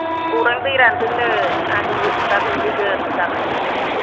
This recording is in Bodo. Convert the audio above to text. गौरां दै रानदोंनो ना गुरहै दा गुरहैगोन जाखांनानै